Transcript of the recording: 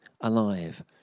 alive